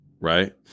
right